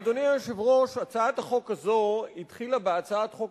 אדוני היושב-ראש, הצעת החוק הזאת התחילה בהצעת חוק